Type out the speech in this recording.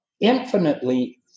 infinitely